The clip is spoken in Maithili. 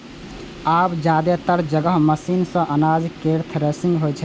आब जादेतर जगह मशीने सं अनाज केर थ्रेसिंग होइ छै